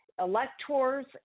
electors